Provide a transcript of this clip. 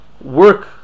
work